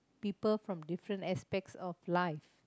people from different aspects of life